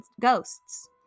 ghosts